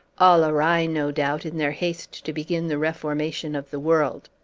all awry, no doubt, in their haste to begin the reformation of the world.